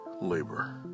Labor